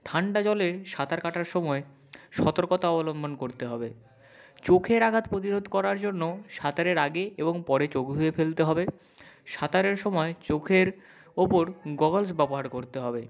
ঠান্ডা জলে সাঁতার কাটার সময় সতর্কতা অবলম্বন করতে হবে চোখের আঘাত প্রতিরোধ করার জন্য সাঁতারের আগে এবং পরে চোখ ধুয়ে ফেলতে হবে সাঁতারের সময় চোখের ওপর গগলস ব্যবহার করতে হবে